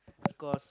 because of